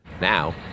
Now